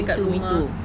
me too me too